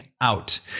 out